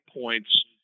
points